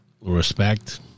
respect